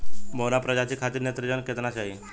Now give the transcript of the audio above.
बौना प्रजाति खातिर नेत्रजन केतना चाही?